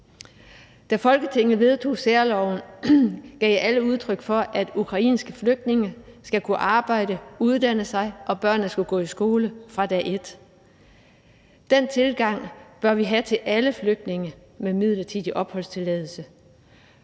Da Folketinget vedtog særloven, gav alle udtryk for, at ukrainske flygtninge skal kunne arbejde, uddanne sig fra dag et, og at børnene også skulle gå i skole fra dag et. Den tilgang bør vi have til alle flygtninge med midlertidig opholdstilladelse.